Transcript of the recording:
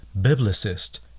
biblicist